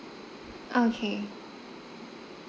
okay